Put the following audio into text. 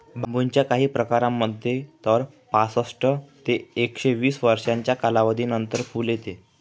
बांबूच्या काही प्रकारांमध्ये तर पासष्ट ते एकशे वीस वर्षांच्या कालावधीनंतर फुल येते